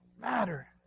matter